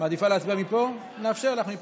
להצביע מפה, נאפשר לך מפה,